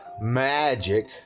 magic